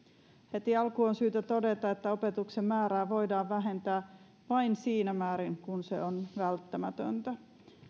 heti alkuun on syytä todeta että opetuksen määrää voidaan vähentää vain siinä määrin kuin se on välttämätöntä